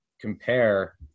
compare